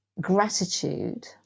Gratitude